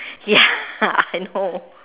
ya I know